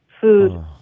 Food